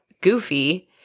goofy –